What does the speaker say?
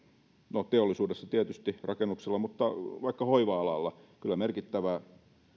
no teollisuudessa tietysti maksetaan rakennuksilla mutta sanotaan nyt vaikka hoiva alalla kyllä merkittävä